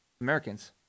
Americans